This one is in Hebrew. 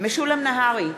משולם נהרי,